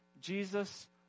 Jesus